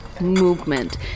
movement